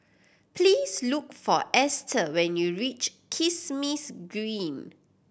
please look for Esta when you reach Kismis Green